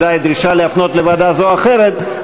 דרישה להפנות לוועדה זו או אחרת,